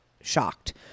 shocked